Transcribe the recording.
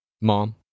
Mom